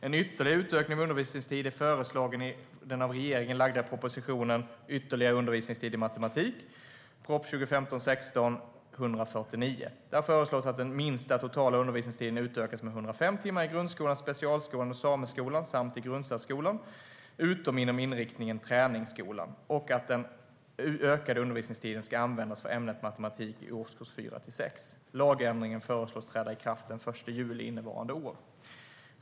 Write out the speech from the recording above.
En ytterligare utökning av undervisningstiden är föreslagen i propositionen Ytterligare undervisningstid i matematik , proposition 2015/16:149. Där föreslås att den minsta totala undervisningstiden utökas med 105 timmar i grundskolan, specialskolan och sameskolan samt i grundsärskolan, utom inom inriktningen träningsskolan och att den ökade undervisningstiden ska användas för ämnet matematik i årskurs 4-6. Lagändringarna föreslås träda i kraft den 1 juli innevarande år.